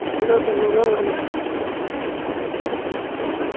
kilo தொண்ணூறுபா வருங்க ஆ